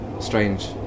strange